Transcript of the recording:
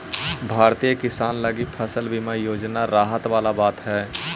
भारतीय किसान लगी फसल बीमा योजना राहत वाला बात हइ